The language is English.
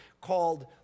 called